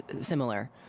similar